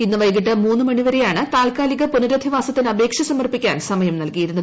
ഇന്ന് വൈകിട്ട് മൂന്ന് മണി വരെയാണ് താൽക്കാലിക പുനരധിവാസത്തിന് അപേക്ഷ സമർപ്പിക്കാൻ സമയം നൽകിയിരുന്നത്